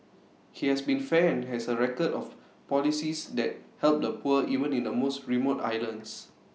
he has been fair and has A record of policies that help the poor even in the most remote islands